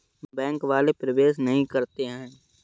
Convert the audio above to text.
Bank वाले प्रवेश नहीं करते हैं?